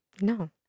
no